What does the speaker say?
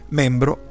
membro